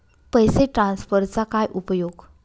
पैसे ट्रान्सफरचा काय उपयोग?